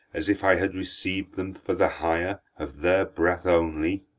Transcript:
as if i had receiv'd them for the hire of their breath only!